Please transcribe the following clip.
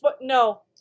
no